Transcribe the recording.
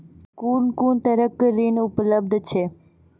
कून कून तरहक ऋण उपलब्ध छै?